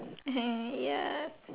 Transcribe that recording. uh ya